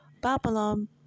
Babylon